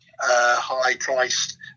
high-priced